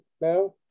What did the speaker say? now